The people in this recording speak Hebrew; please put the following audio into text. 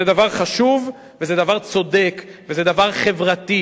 זה דבר חשוב וזה דבר צודק וזה דבר חברתי.